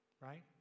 right